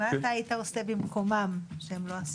מה אתה היית עושה במקומם שהם לא עשו?